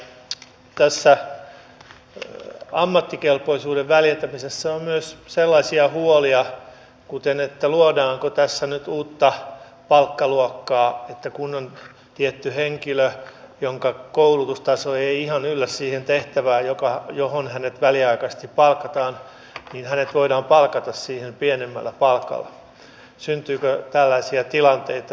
tässä ammattikelpoisuuden väljentämisessä on myös sellaisia huolia kuten luodaanko tässä nyt uutta palkkaluokkaa että kun on tietty henkilö jonka koulutustaso ei ihan yllä siihen tehtävään johon hänet väliaikaisesti palkataan niin hänet voidaan palkata siihen pienemmällä palkalla syntyykö tällaisia tilanteita